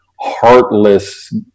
heartless